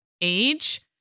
age